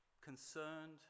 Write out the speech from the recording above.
concerned